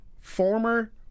former